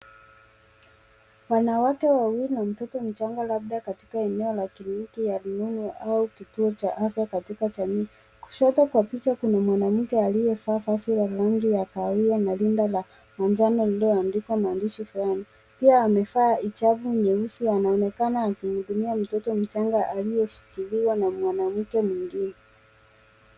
Wanawake wawili na mtoto mchanga labda katika eneo la kliniki ya rununu au kituo cha afya katika jamii. Kushoto kwa picha, kuna mwanamke aliyevaa vazi ya rangi ya kahawia na rinda la manjano iliyoandikwa maandishi flani. Pia amevaa hijabu nyeusi, anaonekana akihudumia mtoto mchanga aliyeshikiliwa na mwanamke mwengine.